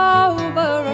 over